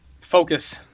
Focus